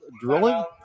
Drilling